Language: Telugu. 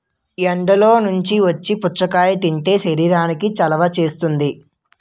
ఎండల్లో నుంచి వచ్చి పుచ్చకాయ తింటే శరీరానికి చలవ చేస్తుంది